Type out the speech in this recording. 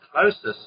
closest